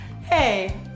Hey